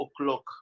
o'clock